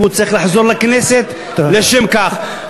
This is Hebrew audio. והוא צריך לחזור לכנסת לשם כך.